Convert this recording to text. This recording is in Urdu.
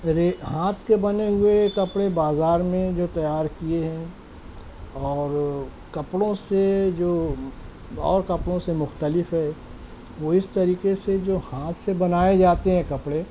میرے ہاتھ کے بنے ہوئے کپڑے بازار میں جو تیار کیے ہیں اور کپڑوں سے جو اور کپڑوں سے مختلف ہے وہ اس طریقے سے جو ہاتھ سے بنائے جاتے ہیں کپڑے